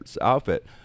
outfit